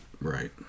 Right